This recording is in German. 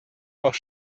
auch